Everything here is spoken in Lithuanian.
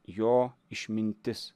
jo išmintis